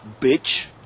bitch